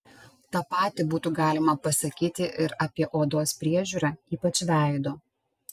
tą patį būtų galima pasakyti ir apie odos priežiūrą ypač veido